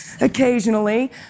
occasionally